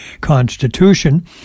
Constitution